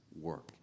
work